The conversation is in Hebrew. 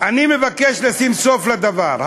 אני מבקש לשים סוף לדבר.